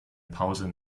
pause